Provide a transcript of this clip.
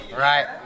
Right